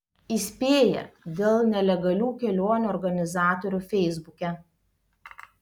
įspėja dėl nelegalių kelionių organizatorių feisbuke